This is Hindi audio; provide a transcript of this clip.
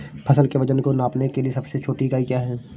फसल के वजन को नापने के लिए सबसे छोटी इकाई क्या है?